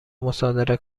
مصادره